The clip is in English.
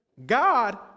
God